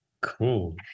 Cool